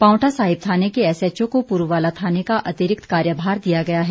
पांवटा साहिब थाने के एसएचओ को पुरूवाला थाने का अतिरिक्त कार्यभार दिया गया है